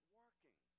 working